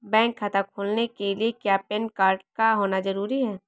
Bank खाता खोलने के लिए क्या पैन कार्ड का होना ज़रूरी है?